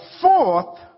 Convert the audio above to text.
fourth